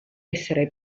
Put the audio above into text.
essere